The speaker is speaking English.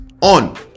On